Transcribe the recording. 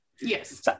Yes